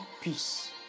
peace